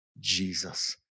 Jesus